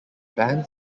ban